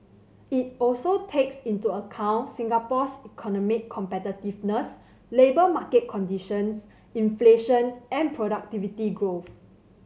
it also takes into account Singapore's economic competitiveness labour market conditions inflation and productivity growth